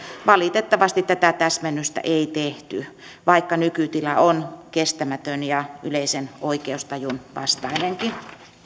valitettavasti tätä täsmennystä ei tehty vaikka nykytila on kestämätön ja yleisen oikeustajun vastainenkin